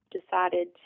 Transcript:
decided